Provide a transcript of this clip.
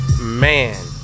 man